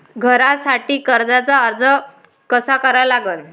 घरासाठी कर्जाचा अर्ज कसा करा लागन?